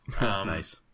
Nice